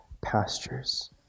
pastures